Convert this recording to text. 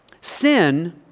Sin